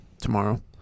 tomorrow